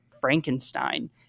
Frankenstein